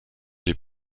les